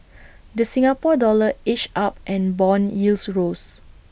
the Singapore dollar edged up and Bond yields rose